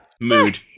Mood